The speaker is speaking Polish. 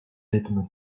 rytm